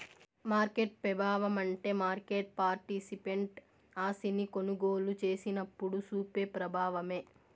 market పెబావమంటే market participant ఆస్తిని కొనుగోలు సేసినప్పుడు సూపే ప్రబావమే